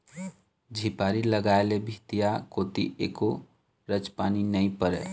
झिपारी लगाय ले भीतिया कोती एको रच पानी नी परय